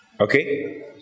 Okay